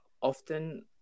often